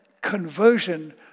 conversion